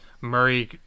Murray